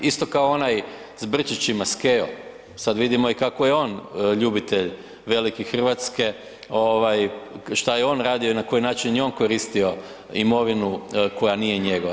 Isto kao onaj s brčićima Skejo, sad vidimo i kako je on ljubitelj velike Hrvatske, šta je on radio i na koji način je on koristio imovinu koja nije njegova.